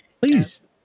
please